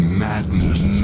madness